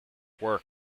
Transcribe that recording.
work